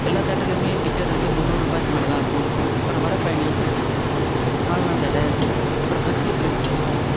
எல்லா தேட்டர்லேயுமே டிக்கட் வந்து முந்நூறு ரூபாய்க்கு மேல் தான் இருக்கும் அப்புறம் வடபழனி கால்ணா தேட்டர் அப்புறம் ஹச்டி பிரிண்டில் இருக்கும்